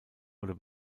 oder